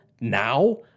Now